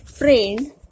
Friend